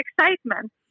excitement